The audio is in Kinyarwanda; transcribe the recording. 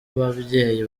ababyeyi